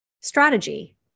strategy